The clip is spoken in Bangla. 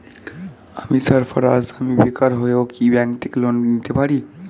আমি সার্ফারাজ, আমি বেকার হয়েও কি ব্যঙ্ক থেকে লোন নিতে পারি?